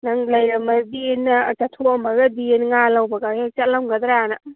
ꯅꯪ ꯂꯩꯝꯃꯗꯤꯅ ꯆꯠꯊꯣꯛꯑꯝꯃꯒꯗꯤ ꯉꯥ ꯂꯧꯕꯒ ꯍꯦꯛ ꯆꯠꯂꯝꯒꯗ꯭ꯔꯥꯅ